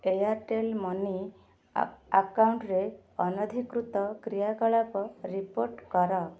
Airtel money ଆକାଉଣ୍ଟ୍ରେ ଅନଧିକୃତ କ୍ରିୟାକଳାପ ରିପୋର୍ଟ କର